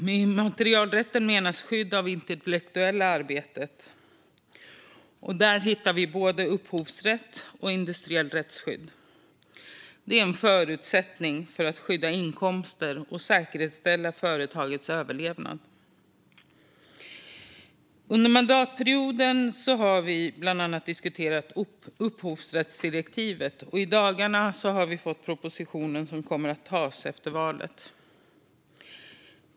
Med immaterialrätt menas skydd av intellektuellt arbete, och där hittar vi både upphovsrätt och industriellt rättsskydd. Det är en förutsättning för att skydda inkomster och säkerställa företagets överlevnad. Under mandatperioden har vi bland annat diskuterat upphovsrättsdirektivet, och i dagarna har vi fått propositionen, som kommer att behandlas efter valet.